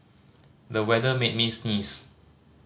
the weather made me sneeze